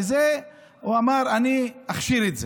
הוא אמר: אני אכשיר את זה.